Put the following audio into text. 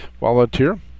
volunteer